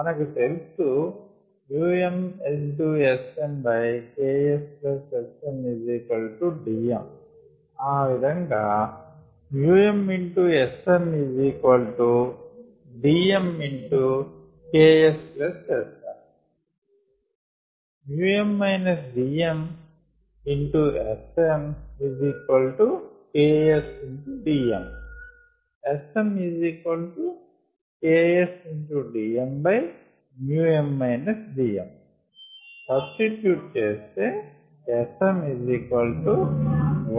మనకు తెలుసు mSmKSSmDm ఆ విధంగా mSmDmKSSm SmKSDm SmKSDm సబ్స్టిట్యూట్ చేస్తే Sm1×0